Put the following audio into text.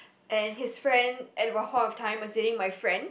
and his friend at about half of time must saying my friend